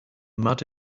mud